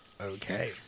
Okay